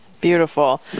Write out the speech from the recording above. Beautiful